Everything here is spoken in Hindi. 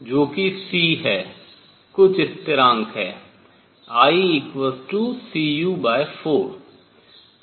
जो कि c है कुछ स्थिरांक है Icu4